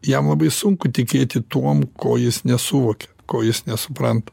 jam labai sunku tikėti tuom ko jis nesuvokia ko jis nesupranta